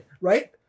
right